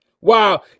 Wow